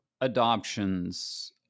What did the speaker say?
adoptions